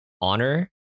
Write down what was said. honor